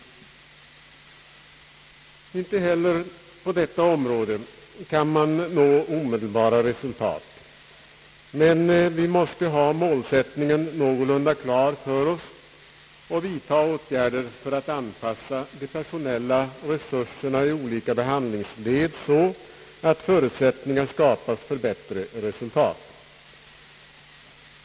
Inte heller på detta område kan man nå omedelbara resultat, men vi måste ha målsättningen någorlunda klar för oss och vidta åtgärder för att anpassa de personella resurserna i olika behandlingsled så, att förutsättningar skapas för bättre resultat.